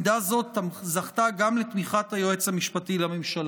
עמדה זאת זכתה גם לתמיכת היועץ המשפטי לממשלה.